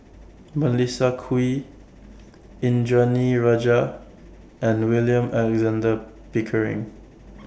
Melissa Kwee Indranee Rajah and William Alexander Pickering